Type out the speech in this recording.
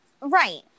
Right